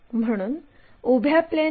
तर आता हे एक एक करून सोडवू